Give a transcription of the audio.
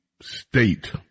state